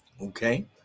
Okay